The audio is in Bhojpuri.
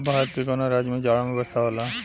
भारत के कवना राज्य में जाड़ा में वर्षा होला?